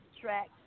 track